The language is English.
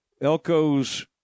Elko's